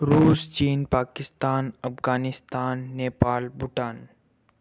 Russia China Pakistan Afghanistan Nepal Bhutan